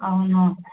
అవును